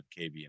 KBM